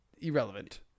irrelevant